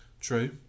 True